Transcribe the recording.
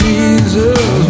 Jesus